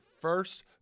first